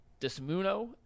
Desmuno